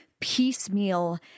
piecemeal